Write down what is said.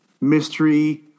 mystery